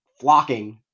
flocking